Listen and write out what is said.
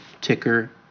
ticker